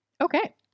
Okay